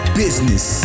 business